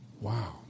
Wow